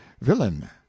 villain